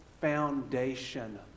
foundation